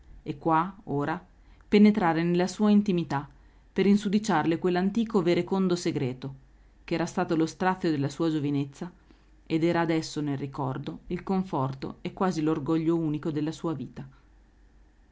e qua ora penetrare nella sua intimità per insudiciarle quell'antico verecondo segreto ch'era stato lo strazio della sua giovinezza ed era adesso nel ricordo il conforto e quasi l'orgoglio unico della sua vita